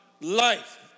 life